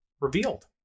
revealed